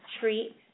treat